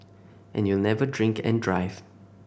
and you'll never drink and drive